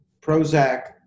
Prozac